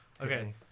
Okay